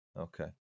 okay